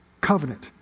covenant